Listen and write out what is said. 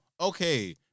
okay